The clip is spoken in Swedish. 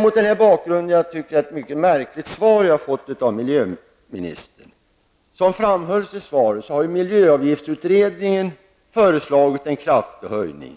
Mot den här bakgrunden tycker jag att det är ett märkligt svar som jag har fått av miljöministern. Som framhålls i svaret har miljöavgiftsutredningen också föreslagit en kraftig höjning av skrotningspremien.